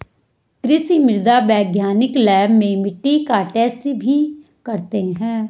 कृषि मृदा वैज्ञानिक लैब में मिट्टी का टैस्ट भी करते हैं